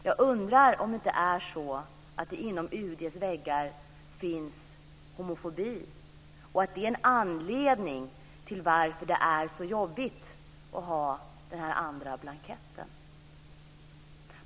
Jag undrar om det inom UD:s väggar finns homofobi och om det är en anledning till varför det är så jobbigt att ha denna andra blankett.